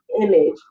image